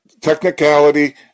Technicality